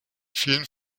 vielen